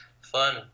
fun